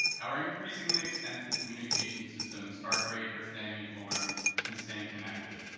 our increasingly extensive communication systems are great for staying informed and staying connected,